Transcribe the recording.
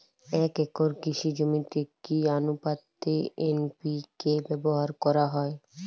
এক একর কৃষি জমিতে কি আনুপাতে এন.পি.কে ব্যবহার করা হয়?